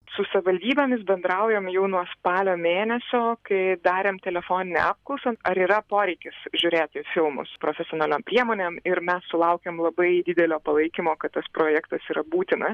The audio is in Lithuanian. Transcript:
su savivaldybėmis bendraujam jau nuo spalio mėnesio kai darėm telefoninę apklausą ar yra poreikis žiūrėti filmus profesionaliom priemonėm ir mes sulaukėm labai didelio palaikymo kad tas projektas yra būtinas